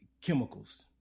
chemicals